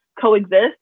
coexist